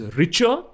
richer